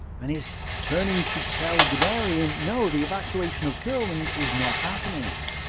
and is turning to tell guderian no, the evacuation of courland is not happening.